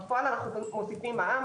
בפועל אנחנו מוסיפים מע"מ.